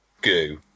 goo